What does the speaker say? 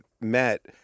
met